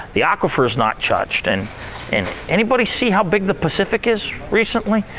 the aquifer's not touched. and and anybody see how big the pacific is, recently?